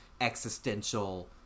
existential